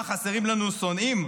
מה, חסרים לנו שונאים?